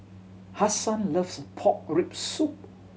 Hasan loves pork rib soup